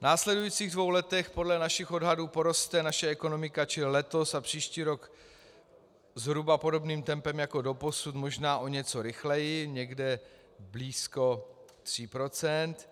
V následujících dvou letech podle našich odhadů poroste naše ekonomika čili letos a příští rok zhruba podobným tempem jako doposud, možná o něco rychleji, někde okolo 3 %.